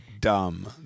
dumb